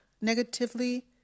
negatively